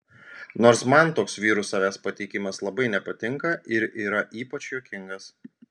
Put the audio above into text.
nors man toks vyrų savęs pateikimas labai nepatinka ir yra ypač juokingas